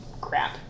crap